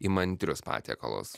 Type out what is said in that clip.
įmantrius patiekalus